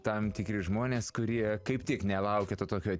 tam tikri žmonės kurie kaip tik nelaukia to tokio